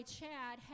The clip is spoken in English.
Chad